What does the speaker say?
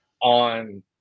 On